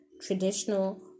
traditional